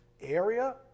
area